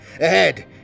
Ahead